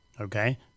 okay